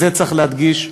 את זה צריך להדגיש,